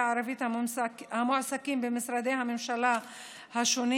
הערבית המועסקים במשרדי הממשלה השונים